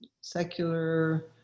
secular